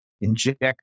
inject